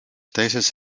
teises